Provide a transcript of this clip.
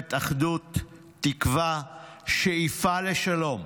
מסמלת אחדות, תקווה, שאיפה לשלום.